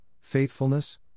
faithfulness